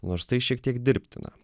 nors tai šiek tiek dirbtina